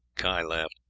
guy laughed.